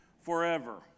forever